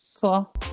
Cool